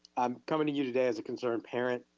i'm coming to you today as a concerned parent,